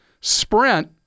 Sprint